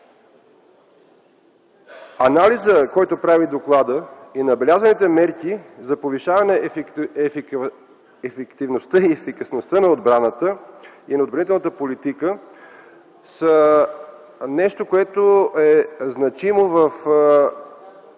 Анализът, който прави докладът, и набелязаните мерки за повишаване ефективността и ефикасността на отбраната и на отбранителната политика са нещо, което е значимо в